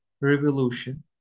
revolution